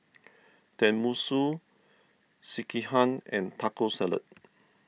Tenmusu Sekihan and Taco Salad